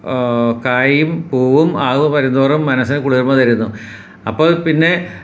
കായും പൂവും ആയി വരുന്തോറും മനസ്സിന് കുളിർമ്മ തരുന്നു അപ്പോൾ പിന്നെ